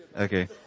Okay